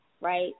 right